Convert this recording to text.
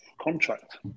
contract